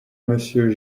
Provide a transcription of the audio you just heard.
monsieur